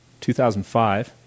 2005